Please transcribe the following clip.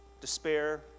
despair